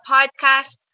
Podcast